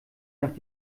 nach